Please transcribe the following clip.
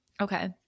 Okay